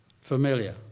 familiar